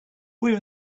were